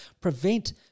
prevent